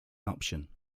option